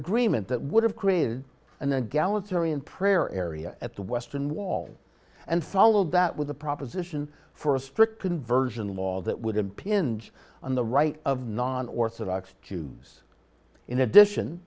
agreement that would have created and then gala tarion prayer area at the western wall and followed that with a proposition for a strict conversion law that would impinge on the right of non orthodox jews in addition